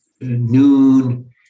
noon